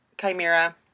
chimera